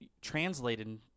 translated